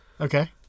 Okay